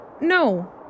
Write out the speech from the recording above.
No